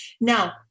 Now